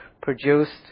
produced